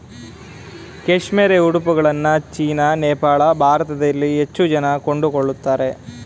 cashmere ಉಡುಪುಗಳನ್ನ China, Nepal, ಭಾರತದಲ್ಲಿ ಹೆಚ್ಚು ಜನ ಕೊಂಡುಕೊಳ್ಳುತ್ತಾರೆ